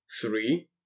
three